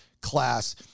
Class